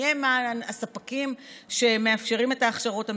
מיהם הספקים שמאפשרים את ההכשרות המקצועיות,